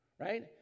right